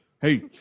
Hey